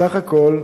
בסך הכול,